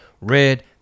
red